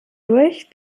durch